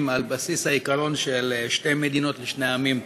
על בסיס העיקרון של שתי מדינות לשני עמים.